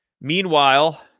Meanwhile